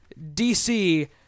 DC